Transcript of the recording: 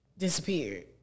disappeared